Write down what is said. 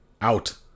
out